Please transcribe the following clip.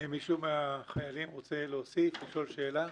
מישהו מהחיילים רוצה להוסיף, לשאול שאלה?